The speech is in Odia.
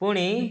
ପୁଣି